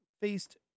faced